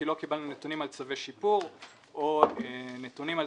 כי לא קיבלנו נתונים על צווי שיפור או נתונים על